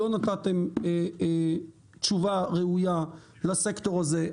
לא נתתם תשובה ראויה לסקטור הזה.